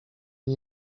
nie